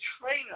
trainer